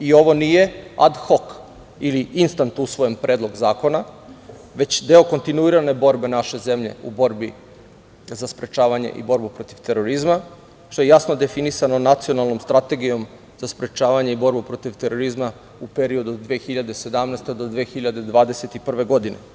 I ovo nije ad hok ili instant usvojen predlog zakona, već deo kontinuirane borbe naše zemlje u borbi za sprečavanje i borbu protiv terorizma, što je jasno definisano Nacionalnom strategijom za sprečavanje i borbu protiv terorizma u periodu od 2017. do 2021. godine.